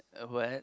uh what